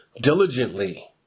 diligently